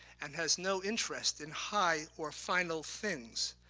and has no interest in high or final things.